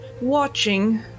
watching